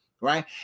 right